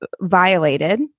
violated